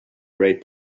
great